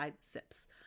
Sips